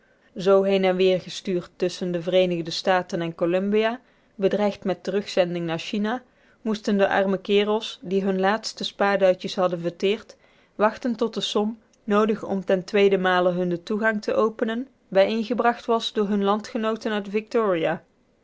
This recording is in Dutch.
zoo heen en weer gestuurd tusschen de vereenigde staten en columbia bedreigd met terugzending naar china moesten de arme kerels die hun laatste spaarduitjes hadden verteerd wachten tot de som noodig om ten tweedenmale hun den toegang te openen bijeengebracht was door hunne landgenooten uit victoria